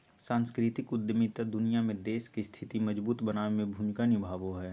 सांस्कृतिक उद्यमिता दुनिया में देश के स्थिति मजबूत बनाबे में भूमिका निभाबो हय